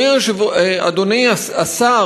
אדוני השר,